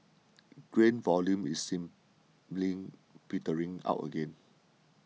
grain volume is seemingly petering out again